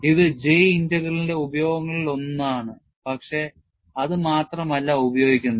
അത് J ഇന്റഗ്രലിന്റെ ഉപയോഗങ്ങളിലൊന്നാണ് പക്ഷേ അത് മാത്രമല്ല ഉപയോഗിക്കുന്നത്